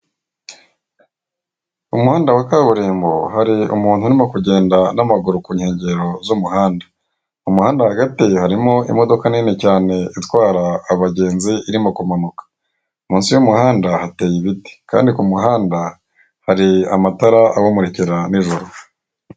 Mu muhanda wa kaburimbo hari umuntu urimo kugenda n'amaguru ku nkengero z'umuhanda mu muhanda, mu muhanda hagati harimo imodoka nini cyane itwara abagenzi irimo kumanuka munsi y'umuhanda hateye ibiti kandi ku muhanda hari amatara abamurikira nijoro.